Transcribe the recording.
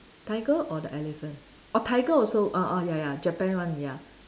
tiger or the elephant or tiger also ah ah ya ya Japan one ya